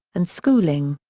and schooling.